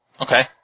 Okay